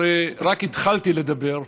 רק התחלתי לדבר,